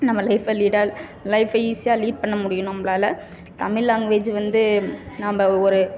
நம்ம லைஃபை லிடால் லைஃபை ஈஸியாக லீட் பண்ண முடியும் நம்மளால தமிழ் லேங்குவேஜ் வந்து நம்ம ஒரு